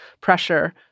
pressure